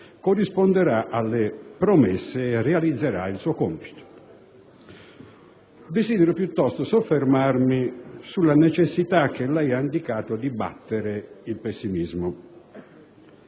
corrisponderà alle promesse e realizzerà il suo compito. Desidero piuttosto soffermarmi sulla necessità che lei ha indicato di battere il pessimismo.